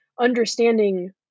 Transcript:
understanding